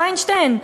וינשטיין,